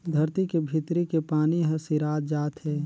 धरती के भीतरी के पानी हर सिरात जात हे